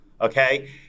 Okay